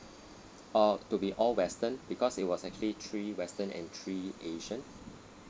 orh to be all western because it was actually three western and three asian